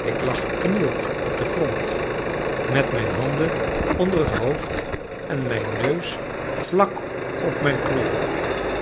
ik lag geknield op den grond met mijn handen onder het hoofd en mijn neus vlak op mijn knollen